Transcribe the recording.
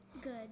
Good